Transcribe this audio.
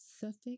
suffix